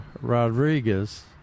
Rodriguez